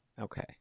okay